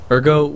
Ergo